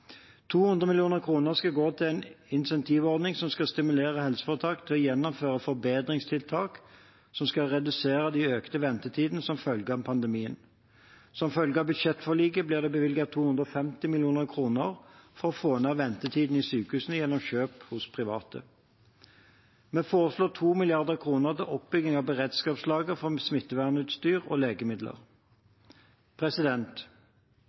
insentivordning som skal stimulere helseforetakene til å gjennomføre forbedringstiltak som skal redusere de økte ventetidene som følge av pandemien. Som følge av budsjettforliket blir det bevilget 250 mill. kr for å få ned ventetidene i sykehusene gjennom kjøp hos private. Vi foreslår også 2 mrd. kr til oppbygging av beredskapslager for smittevernutstyr og legemidler.